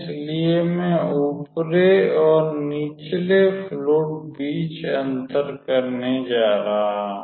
इसलिए मैं ऊपरी और निचले फ्लुइड बीच अंतर करने जा रहा हूं